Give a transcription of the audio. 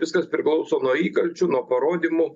viskas priklauso nuo įkalčių nuo parodymų